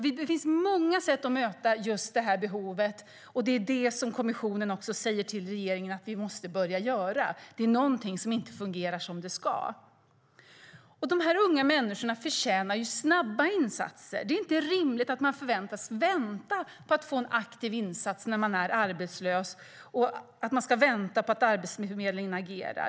Det finns många sätt att möta det här behovet, och det är det som kommissionen säger till regeringen att vi måste börja göra. Det är någonting som inte fungerar som det ska. De här unga människorna förtjänar snabba insatser. Det är inte rimligt att man förväntas vänta på en aktiv insats när man är arbetslös och att man ska behöva vänta på att Arbetsförmedlingen agerar.